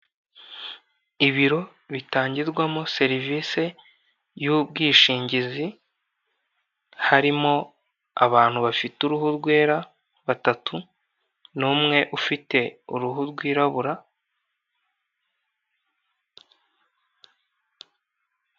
Ibiro bitangirwamo serivise y'ubwishingizi, harimo abantu bafite uruhu rwera batatu, n'umwe ufite uruhu (rwirabura....)